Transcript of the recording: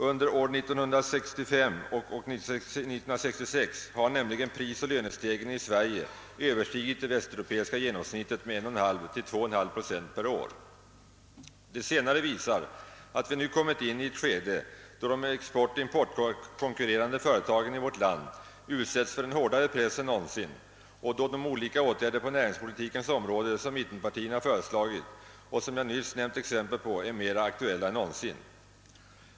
Under åren 1965 och 1966 har nämligen prisoch lönestegringen i Sverige överstigit det västeuropeiska genomsnittet med 1! 2 procent per år. Det senare visar att vi nu kommit in i ett skede, då de exportoch importkonkurrerande företagen i vårt land utsätts för en hårdare press än någonsin och då de olika åtgärder på näringspolitikens område, som mittenpartierna föreslagit och som jag nyss nämnt exempel på, är mera aktuella än någonsin.